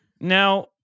Now